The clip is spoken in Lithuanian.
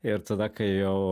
ir tada kai jau